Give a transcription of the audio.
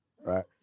right